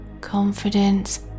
confidence